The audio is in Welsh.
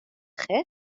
chi